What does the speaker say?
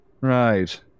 Right